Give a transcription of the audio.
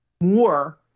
more